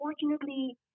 unfortunately